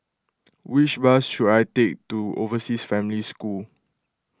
which bus should I take to Overseas Family School